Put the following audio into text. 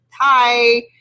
hi